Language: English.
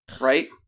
Right